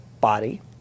body